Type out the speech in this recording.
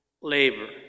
labor